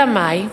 אלא מאי?